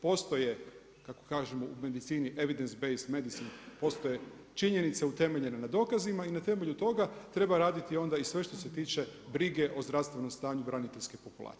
Postoje kako kažemo u medicini evidence based medicine, postoje činjenice utemeljene na dokazima i na temelju toga treba raditi onda i sve što se tiče brige o zdravstvenom stanju braniteljske populacije.